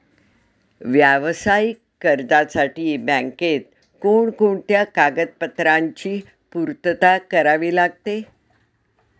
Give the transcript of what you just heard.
व्यावसायिक कर्जासाठी बँकेत कोणकोणत्या कागदपत्रांची पूर्तता करावी लागते?